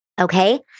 Okay